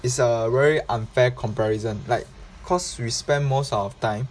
it's a very unfair comparison like cause we spent most of time